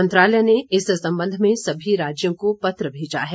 मंत्रालय ने इस सम्बंध में सभी राज्यों को पत्र भेजा है